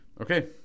Okay